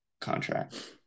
contract